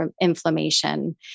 inflammation